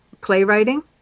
playwriting